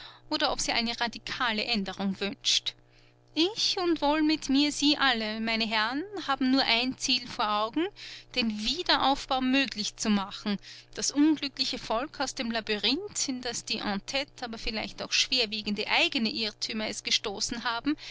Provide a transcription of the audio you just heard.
oder ob sie eine radikale aenderung wünscht ich und wohl mit mir sie alle meine herren haben nur ein ziel vor augen den wiederaufbau möglich zu machen das unglückliche volk aus dem labyrinth in das die entente aber vielleicht auch schwerwiegende eigene irrtümer es gestoßen haben